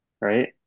right